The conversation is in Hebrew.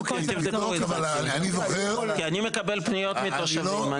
כי אני מקבל פניות מתושבים,